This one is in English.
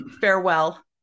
farewell